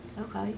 Okay